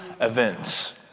events